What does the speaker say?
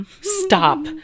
Stop